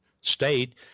state